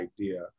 idea